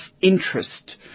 interest